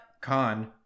Con